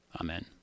Amen